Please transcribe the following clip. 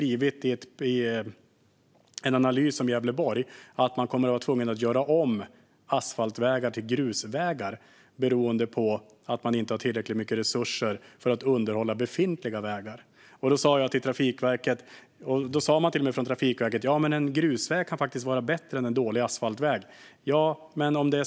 I en analys om Gävleborg har man skrivit att man kommer att vara tvungen att göra om asfaltvägar till grusvägar beroende på att man inte har tillräckligt mycket resurser för att underhålla befintliga vägar. Man sa till och med från Trafikverket att en grusväg faktiskt kan vara bättre än en dålig asfaltväg.